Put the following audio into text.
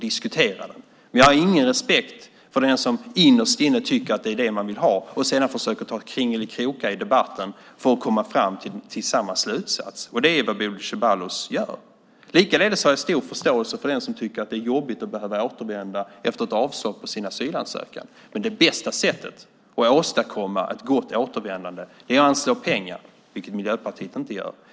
Men jag har ingen respekt för den som innerst inne vill ha det och sedan försöker ta kringelkrokar i debatten för att komma fram till samma slutsats. Det är vad Bodil Ceballos gör. Likaledes har jag stor förståelse för den som tycker att det är jobbigt att behöva återvända efter ett avslag på sin asylansökan. Men det bästa sättet att åstadkomma ett gott återvändande är att anslå pengar, vilket Miljöpartiet inte gör.